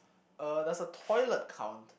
uh does the toilet count